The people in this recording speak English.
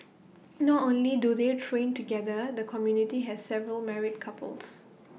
not only do they train together the community has several married couples